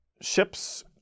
ships